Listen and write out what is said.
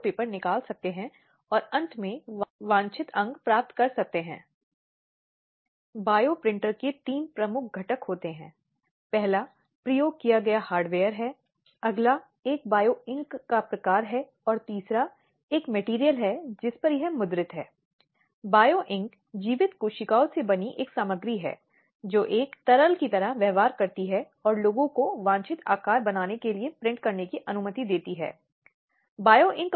इस आपराधिक कानून प्रावधान के साथ जो भारतीय पैनल कोड में अस्तित्व में था हालाँकि जैसा कि मैंने कहा कि यह एक आपराधिक कार्रवाई थी जिसकी कल्पना भूमि के दंड कानून में की गई थी